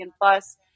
Plus